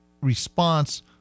response